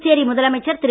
புதுச்சேரி முதலமைச்சர் திரு